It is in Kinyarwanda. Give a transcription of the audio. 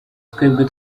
twebwe